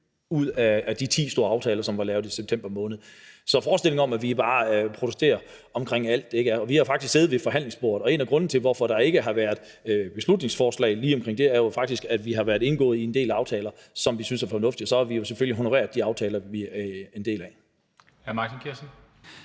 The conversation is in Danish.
ud af de ti store aftaler, som blev lavet i september måned. Så med hensyn til forestillingen om, at vi bare har protesteret over alt, vil jeg sige, at vi faktisk har siddet ved forhandlingsbordet. Og en af grundene til, at der ikke er blevet fremsat beslutningsforslag om lige præcis det, er jo faktisk, at vi er indgået i en del aftaler, som vi synes er fornuftige, og så har vi selvfølgelig honoreret de aftaler, vi er en del af. Kl. 20:51 Formanden